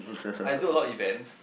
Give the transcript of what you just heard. I do a lot events